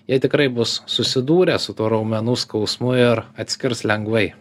jie tikrai bus susidūrę su tuo raumenų skausmu ir atskirs lengvai